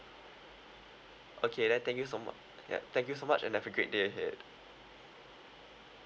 okay then thank you so mu~ yup thank you so much and have a great day ahead